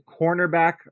cornerback